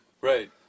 Right